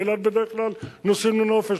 לאילת בדרך כלל נוסעים לנופש.